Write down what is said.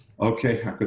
Okay